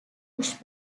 push